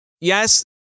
yes